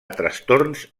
trastorns